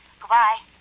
Goodbye